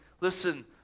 listen